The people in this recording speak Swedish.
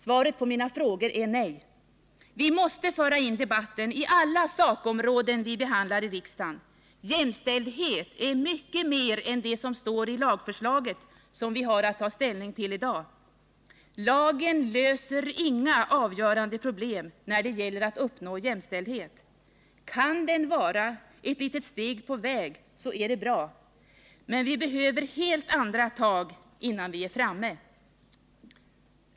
Svaret på mina frågor är nej! Vi måste föra in debatten i alla sakområden vi behandlar i riksdagen. Jämställdhet är mycket mer än det som står i lagförslaget som vi har att ta ställning till i dag. Lagen löser inga avgörande problem när det gäller att uppnå jämställdhet. Kan den vara ett litet steg på väg, är det bra. Men vi behöver helt andra tag innan vi är framme.